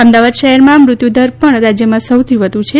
અમદાવાદ શહેરમાં મૃત્યુદર પણ રાજ્યમાં સૌથી વધુ છે